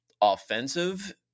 offensive